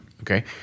Okay